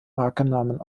markennamen